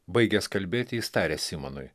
baigęs kalbėti jis tarė simonui